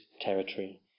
territory